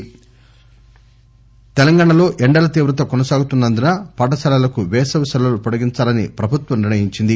సెలవులు తెలంగాణాలో ఎండల తీవ్రత కొనసాగుతున్స ందున పాఠశాలలకు వేసవి సెలవులు పొడిగించాలని ప్రభుత్వం నిర్ణయించింది